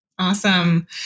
Awesome